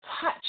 touch